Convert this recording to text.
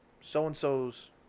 so-and-so's